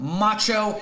macho